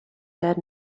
dead